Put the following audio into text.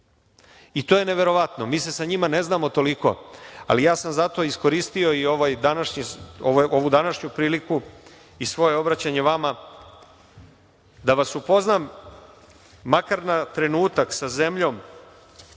I to je neverovatno. Mi se sa njima ne znamo toliko, ali ja sam zato iskoristio i ovu današnju priliku i svoje obraćanje vama da vas upoznam makar na trenutak sa zemljom